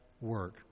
work